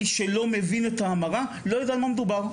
מי שלא מבין את ההמרה לא יודע על מה מדובר,